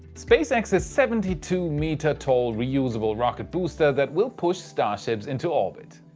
spacex's seventy two meter tall reusable rocket booster that will push starships into orbit.